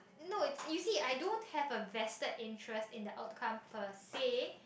no you see I don't have a vested interest in the upcome persee